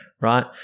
right